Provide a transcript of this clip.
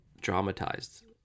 dramatized